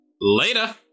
later